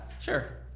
sure